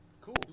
Cool